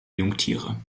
jungtiere